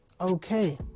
Okay